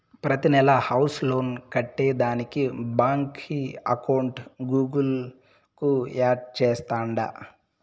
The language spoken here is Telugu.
ప్రతినెలా హౌస్ లోన్ కట్టేదానికి బాంకీ అకౌంట్ గూగుల్ కు యాడ్ చేస్తాండా